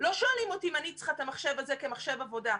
לא שואלים אותי אם אני צריכה את המחשב הזה כמחשב עבודה.